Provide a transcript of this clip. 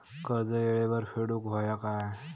कर्ज येळेवर फेडूक होया काय?